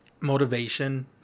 motivation